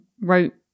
wrote